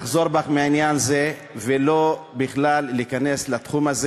לחזור בך מעניין זה ולא להיכנס בכלל לתחום הזה.